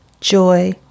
joy